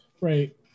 right